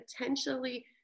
potentially